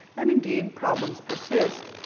and indeed, problems persist,